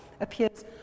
appears